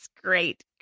Great